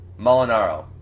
Molinaro